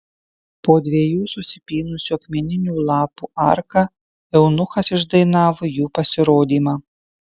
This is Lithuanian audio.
po dviejų susipynusių akmeninių lapų arka eunuchas išdainavo jų pasirodymą